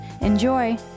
Enjoy